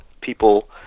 people